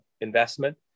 investment